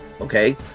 Okay